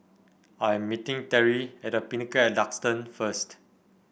I am meeting Terrie at The Pinnacle at Duxton first